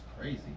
crazy